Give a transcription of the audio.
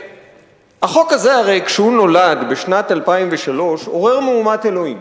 והרי כשהחוק הזה נולד בשנת 2003 הוא עורר מהומת אלוהים.